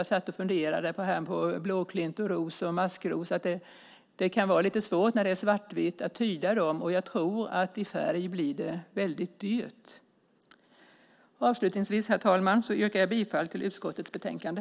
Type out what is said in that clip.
Jag satt och funderade här på blåklint, ros och maskros. Det kan vara lite svårt när det är svartvitt att tyda dem. Jag tror att i färg blir det väldigt dyrt. Avslutningsvis, herr talman, yrkar jag bifall till förslaget i utskottets betänkande.